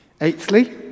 Eighthly